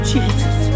Jesus